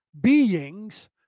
beings